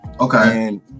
Okay